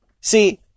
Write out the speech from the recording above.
See